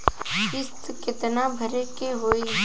किस्त कितना भरे के होइ?